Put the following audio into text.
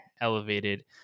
elevated